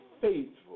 faithful